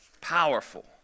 powerful